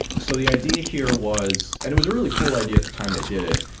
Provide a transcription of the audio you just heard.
so the idea here was and it was a really cool idea at the time they did it.